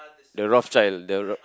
the Rothschild the Roth~